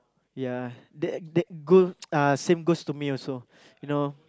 ya that that go same goes to me also you know